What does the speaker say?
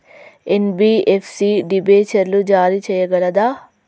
NBFC డిబెంచర్లు జారీ చేయగలదా?